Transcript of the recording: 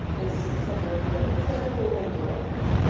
is such a real it's such a cool thing to witness.